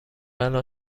الان